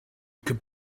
could